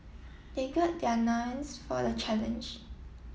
they gird their loins for the challenge